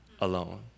alone